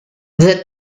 the